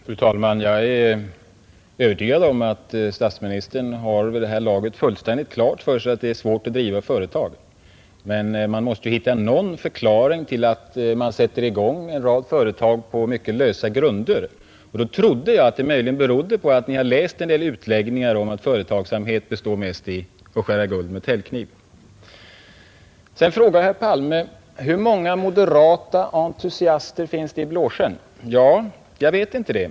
Fru talman! Jag är övertygad om att statsministern vid det här laget har fullständigt klart för sig att det är svårt att driva företag. Men vi måste ju hitta någon förklaring till att man sätter i gång en rad företag på mycket lösa grunder, och då trodde jag att det möjligen berodde på att ni har läst en del utläggningar om att företagsamhet mest består i att skära guld med täljkniv. Sedan frågade herr Palme hur många moderata entusiaster det finns i Blåsjön. Jag vet inte det.